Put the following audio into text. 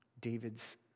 David's